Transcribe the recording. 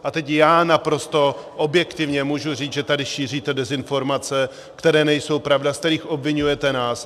A teď já naprosto objektivně můžu říct, že tady šíříte dezinformace, které nejsou pravda, z kterých obviňujete nás.